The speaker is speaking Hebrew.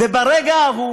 וברגע ההוא